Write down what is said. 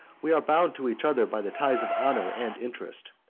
we are bound to each other by the ties of honor and interest.